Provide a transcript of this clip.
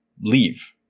Leave